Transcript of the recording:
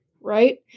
Right